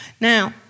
Now